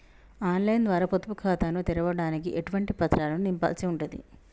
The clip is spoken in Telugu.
ఆన్ లైన్ ద్వారా పొదుపు ఖాతాను తెరవడానికి ఎటువంటి పత్రాలను నింపాల్సి ఉంటది?